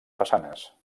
façanes